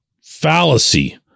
fallacy